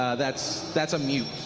ah that's that's a mute.